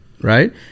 right